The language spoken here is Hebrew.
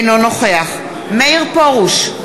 אינו נוכח מאיר פרוש,